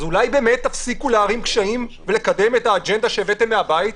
אז אולי באמת תפקידו להערים קשיים ולקדם את האג'נדה שהבאתם מהבית?